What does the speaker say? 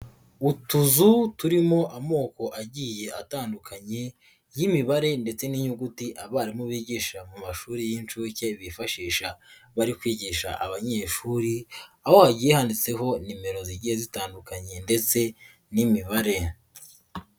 Utuzu turimo amoko agiye atandukanye y'imibare ndetse n'inyuguti abarimu bigisha mu mashuri y'inshuke bifashisha bari kwigisha abanyeshuri, aho hagiye handitseho nimero zigiye zitandukanye ndetse n'imibare.